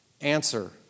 Answer